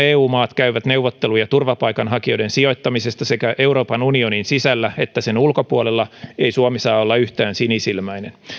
eu maat käyvät neuvotteluja turvapaikanhakijoiden sijoittamisesta sekä euroopan unionin sisällä että sen ulkopuolella ei suomi saa olla yhtään sinisilmäinen